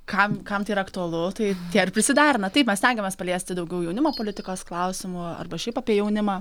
kam kam tai yra aktualu tai ir prisiderina taip mes stengiamės paliesti daugiau jaunimo politikos klausimų arba šiaip apie jaunimą